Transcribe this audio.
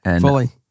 fully